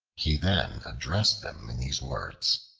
he then addressed them in these words